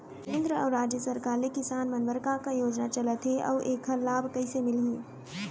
केंद्र अऊ राज्य सरकार ले किसान मन बर का का योजना चलत हे अऊ एखर लाभ कइसे मिलही?